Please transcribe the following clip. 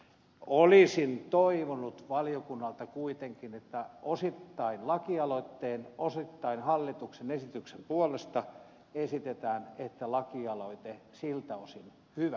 olisin toivonut valiokunnalta kuitenkin että osittain lakialoitteen osittain hallituksen esityksen puolesta esitetään että lakialoite siltä osin hyväksytään